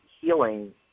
healing